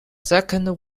second